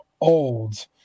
old